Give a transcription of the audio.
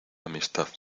amistad